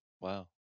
Wow